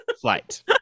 Flight